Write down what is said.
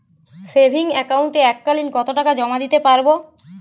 Savings একাউন্টে এক কালিন কতটাকা জমা দিতে পারব?